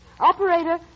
Operator